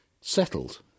settled